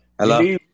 hello